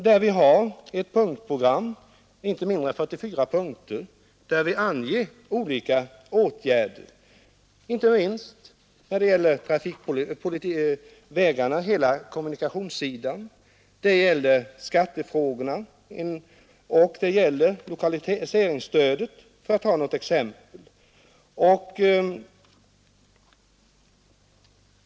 Den innehåller ett åtgärdsprogram med inte mindre än 44 punkter, där vi anger olika åtgärder när det gäller vägar och kommunikationer, skattefrågor och lokaliseringsstöd, för att ta några exempel.